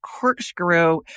corkscrew